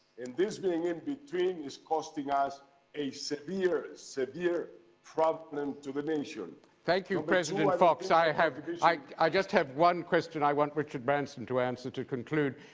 and this being in between is costing us a severe, severe problem to the nation. robertson thank you, president fox. i have like i just have one question i want richard branson to answer to conclude.